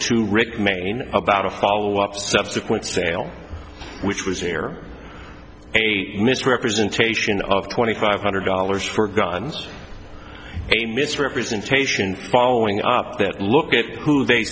to rick mayne about a follow up subsequent sale which was here a misrepresentation of twenty five hundred dollars for guns a misrepresentation following up that look at who they